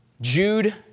Jude